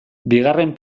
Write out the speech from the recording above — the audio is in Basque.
bigarren